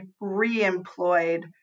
re-employed